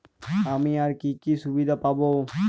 আমি আর কি কি সুবিধা পাব?